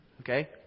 Okay